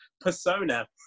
persona